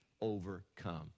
overcome